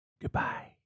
Goodbye